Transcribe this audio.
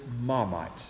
Marmite